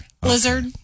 blizzard